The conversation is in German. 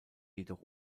jedoch